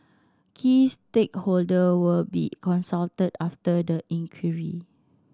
key stakeholder will also be consulted after the inquiry